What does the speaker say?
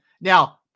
now